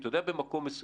אם אתה יודע במקום מסוים,